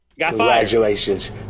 Congratulations